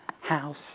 house